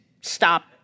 stop